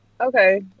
Okay